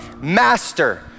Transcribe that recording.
master